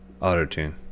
auto-tune